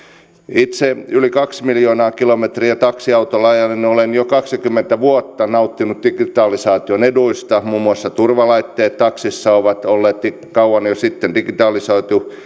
itse yli kaksi miljoonaa kilometriä taksiautolla ajaneena olen jo kaksikymmentä vuotta nauttinut digitalisaation eduista muun muassa turvalaitteet taksissa ovat olleet jo kauan sitten digitalisoituja